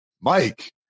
Mike